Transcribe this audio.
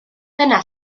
dyna